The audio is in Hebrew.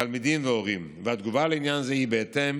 תלמידים והורים והתגובה לעניין זה היא בהתאם